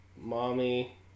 Mommy